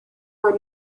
were